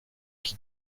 qui